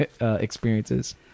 experiences